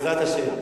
בעזרת השם.